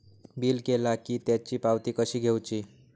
Bill केला की त्याची पावती कशी घेऊची?